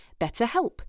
BetterHelp